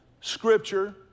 Scripture